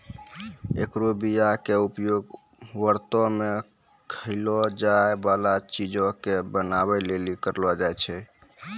एकरो बीया के उपयोग व्रतो मे खयलो जाय बाला चीजो के बनाबै लेली करलो जाय छै